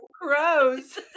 Crows